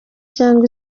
cyangwa